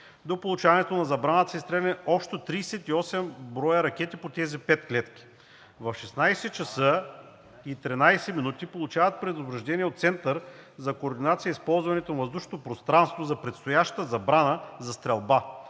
До получаването на забраната са изстреляни общо 38 броя ракети по тези 5 клетки. В 16,13 ч. получават предупреждение от Центъра за координация използването на въздушното пространство за предстояща забрана за стрелба.